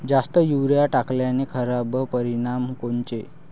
जास्त युरीया टाकल्याचे खराब परिनाम कोनचे?